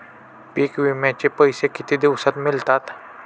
पीक विम्याचे पैसे किती दिवसात मिळतात?